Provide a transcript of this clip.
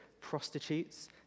prostitutes